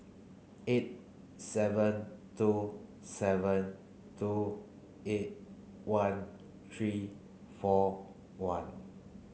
eight seven two seven two eight one three four one